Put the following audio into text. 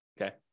okay